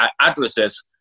addresses